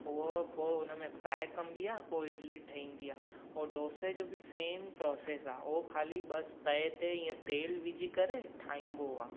पोइ पोइ उन में फ्राए कबी आहे पोइ इडली ठहंदी आहे ऐं डोसे जो बि सेम प्रोसेस आहे हो ख़ाली बसि तए ते ईअं तेल विझी करे ठाहिबो आहे